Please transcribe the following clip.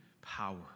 power